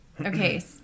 Okay